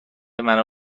منو